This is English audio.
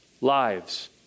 lives